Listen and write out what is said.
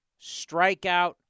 strikeout